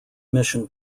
mission